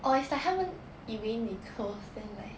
or is 他们以为你 close then like